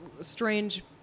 strange